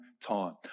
time